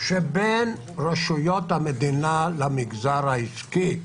בין רשויות המדינה למגזר העסקי.